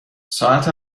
ساعت